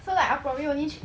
so like I'll probably only